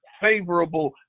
favorable